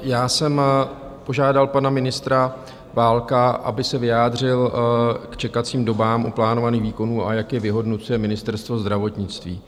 Já jsem požádal pana ministra Válka, aby se vyjádřil k čekacím dobám u plánovaných výkonů a jak je vyhodnocuje Ministerstvo zdravotnictví.